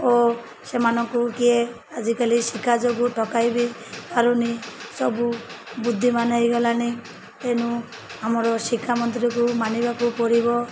ଓ ସେମାନଙ୍କୁ କିଏ ଆଜିକାଲି ଶିଖା ଯୋଗୁଁ ଟକାଇବି ପାରୁନି ସବୁ ବୁଦ୍ଧିମାନ ହୋଇଗଲାନି ତେନୁ ଆମର ଶିକ୍ଷା ମନ୍ତ୍ରୀକୁ ମାନିବାକୁ ପଡ଼ିବ